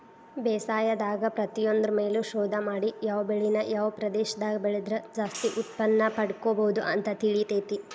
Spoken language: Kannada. ಬೇಸಾಯದಾಗ ಪ್ರತಿಯೊಂದ್ರು ಮೇಲು ಶೋಧ ಮಾಡಿ ಯಾವ ಬೆಳಿನ ಯಾವ ಪ್ರದೇಶದಾಗ ಬೆಳದ್ರ ಜಾಸ್ತಿ ಉತ್ಪನ್ನಪಡ್ಕೋಬೋದು ಅಂತ ತಿಳಿತೇತಿ